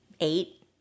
eight